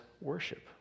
worship